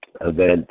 event